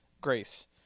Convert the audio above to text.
grace